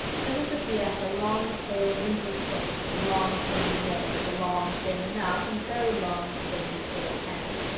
cousin sophia had a long, pale, wrinkled face, a long, thin nose, a long, thin mouth, and very long, thin, pale hands,